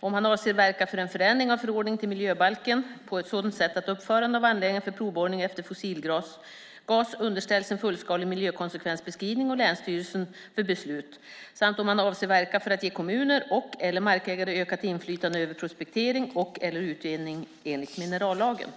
om han avser att verka för en förändring av förordningen till miljöbalken på sådant sätt att uppförande av anläggning för provborrning efter fossilgas underställs en fullskalig miljökonsekvensbeskrivning samt underställs länsstyrelsen för beslut om han avser att verka för att ge kommuner och markägare ökat inflytande över prospektering eller utvinning enligt minerallagen.